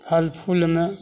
फल फूलमे